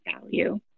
value